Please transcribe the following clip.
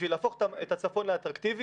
בשביל להפוך את הצפון לאטרקטיבי,